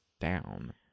down